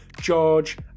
George